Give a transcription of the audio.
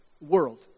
world